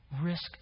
risk